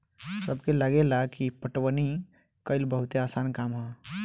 सबके लागेला की पटवनी कइल बहुते आसान काम ह